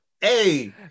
hey